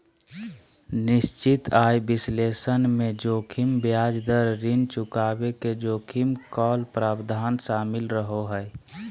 निश्चित आय विश्लेषण मे जोखिम ब्याज दर, ऋण चुकाबे के जोखिम, कॉल प्रावधान शामिल रहो हय